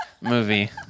movie